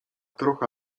trocha